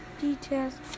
details